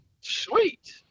Sweet